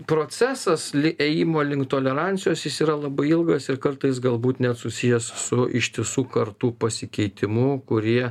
procesas ėjimo link tolerancijos jis yra labai ilgas ir kartais galbūt net susijęs su ištisų kartų pasikeitimu kurie